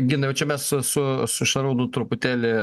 ginai jau čia mes su su šarūnu truputėlį